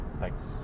thanks